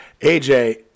AJ